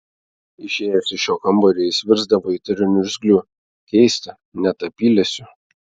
išėjęs iš šio kambario jis virsdavo įtariu niurgzliu keista net apyliesiu